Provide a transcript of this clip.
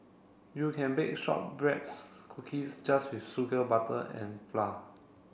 you can bake shortbreads cookies just with sugar butter and flour